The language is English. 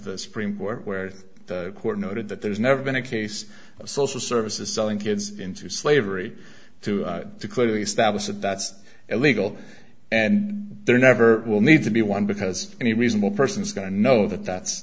the supreme court where the court noted that there's never been a case of social services selling kids into slavery to clearly establish that that's illegal and there never will need to be one because any reasonable person is going to know that that's